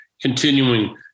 continuing